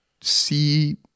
see